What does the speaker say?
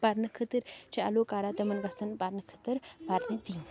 پَرنہٕ خٲطٕر چھِ ایلو کران تِمَن گژھن پَرنہٕ خٲطٕر پَرنہٕ دِنۍ